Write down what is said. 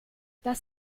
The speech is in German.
das